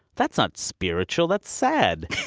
that's not spiritual. that's sad